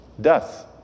Death